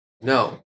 no